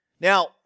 Now